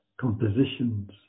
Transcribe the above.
compositions